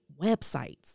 websites